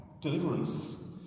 deliverance